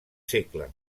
segle